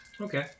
Okay